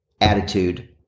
attitude